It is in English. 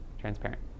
transparent